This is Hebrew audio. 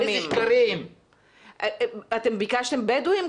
אתם ביקשתם בדואים?